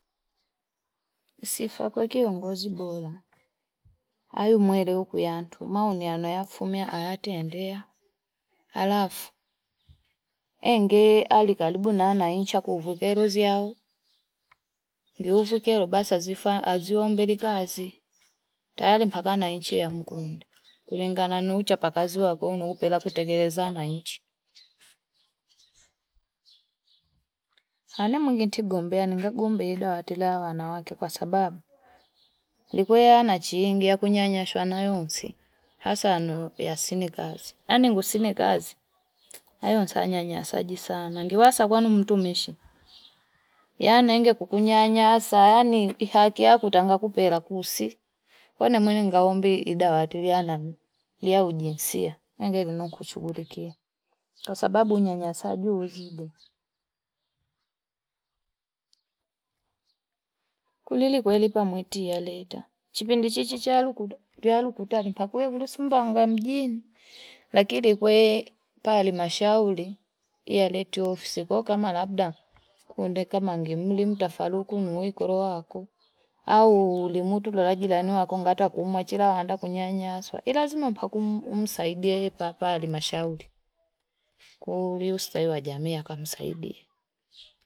Sifa kwe kiongozi bora aye mwelewa kuyatu maoniya fume ayetendea alafuu, engee alikaribu na naicha kuvelu kero vyao, kuzuu kero basi zifa azumbili kazi tayari mpaka na inchi ankunda, kulingan nuu uchapa kazi wake nmeupela kutekelezana nchi. Namweni tigombea kagombe dawati la wanawake kwasababu ikweana chiingi yakunyanyaswanayonse hasa yasine kazi aningu nisine kazi mte! ayonya nyanya saji sana ngiwasa kwanu mtumishi yani ngekukunyanyaasa yani haki yako kuntengana kusi kwene mwenga ombi idawati vyana yaujinsia ingekushughulikia kwasabbau unyanya saji uzibe, kulili kweiti mwaleta chipindi chichi chalukuda twalukuda pa kwende Sumbawanga mjini lakini kwee pale mashauri yaleto ofsi kwahiyo kama labda kuende kama ngemli mtafaruku ni we ikoloako auu ulimutu wa jilani wako ngata kuumwa chila handa kunyanyasa ilazima pakumsaidie epapa halimashauli kwoo ule ustawi wa jamii ke msaidia.